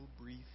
brief